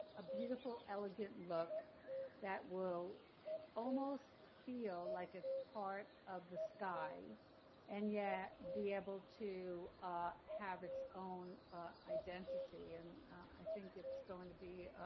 a beautiful, elegant look that will almost feel like it's part of the sky and yet be able to have its own identity. and i think it's going to be